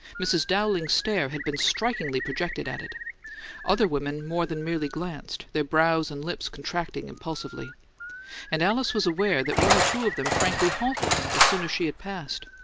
mrs. dowling's stare had been strikingly projected at it other women more than merely glanced, their brows and lips contracting impulsively and alice was aware that one or two of them frankly halted as soon as she had passed.